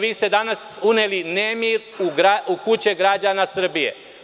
Vi ste danas uneli nemir u kuće građana Srbije.